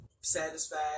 satisfied